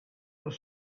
was